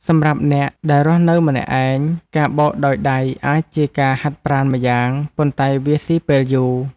សម្រាប់អ្នកដែលរស់នៅម្នាក់ឯង ការបោកដោយដៃអាចជាការហាត់ប្រាណម្យ៉ាងប៉ុន្តែវាស៊ីពេលយូរ។